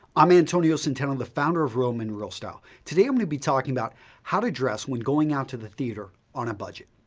i'm antonio centeno, the founder of real men um and real style. today, i'm going to be talking about how to dress when going out to the theater on a budget.